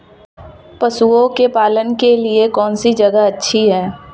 पशुओं के पालन के लिए कौनसी जगह अच्छी है?